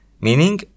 meaning